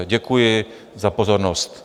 Děkuji za pozornost.